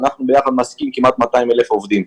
אנחנו ביחד מעסיקים כמעט 200,000 עובדים.